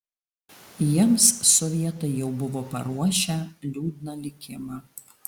jiems sovietai jau buvo paruošę liūdną likimą